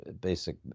basic